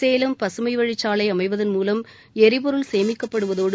சேலம் பசுமைவழிச்சாலை அமைவதன் மூலம் எரிபொருள் சேமிக்கப்படுவதோடு